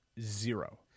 zero